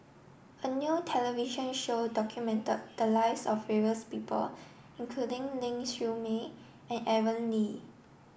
a new television show documented the lives of various people including Ling Siew May and Aaron Lee